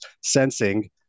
sensing